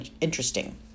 interesting